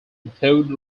include